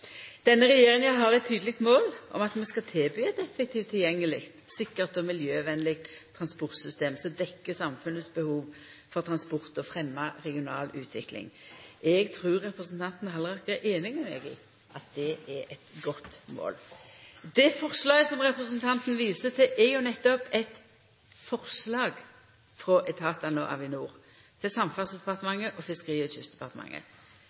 Denne regjeringa har eit tydeleg mål om at vi skal tilby eit effektivt, tilgjengeleg, sikkert og miljøvennleg transportsystem som dekkjer samfunnet sitt behov for transport og fremjar regional utvikling. Eg trur representanten Halleraker er samd med meg i at det er eit godt mål. Det forslaget som representanten syner til, er jo nettopp eit forslag frå etatane og Avinor til Samferdselsdepartementet og Fiskeri- og kystdepartementet.